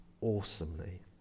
awesomely